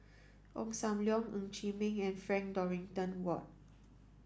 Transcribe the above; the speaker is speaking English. Ong Sam Leong Ng Chee Meng and Frank Dorrington Ward